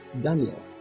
Daniel